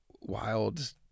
wild